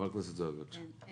חברת הכנסת זועבי, בבקשה.